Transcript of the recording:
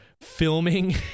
filming